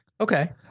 Okay